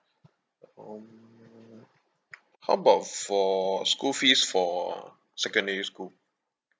um how about for school fees for secondary school